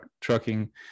trucking